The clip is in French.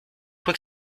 quoi